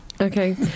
Okay